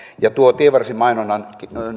tuo tienvarsimainonnan